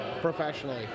professionally